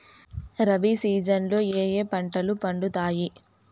rabi season లో ఏ ఏ పంటలు పండుతాయి